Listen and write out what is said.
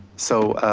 so,